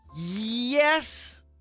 Yes